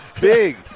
Big